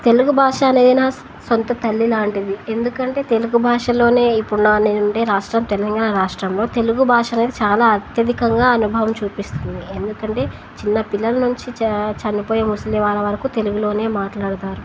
తెలుగు భాష అనేది నా సొంత తల్లి లాంటిది ఎందుకంటే తెలుగు భాషలోనే ఇప్పుడు ననుండే రాష్ట్రం తెలంగాణ రాష్ట్రంలో తెలుగు భాష అనేది చాలా అత్యధికంగా అనుభవం చూపిస్తుంది ఎందుకంటే చిన్న పిల్లల నుంచి చ చనిపోయే ముసలి వాళ్ళ వరకు తెలుగులోనే మాట్లాడతారు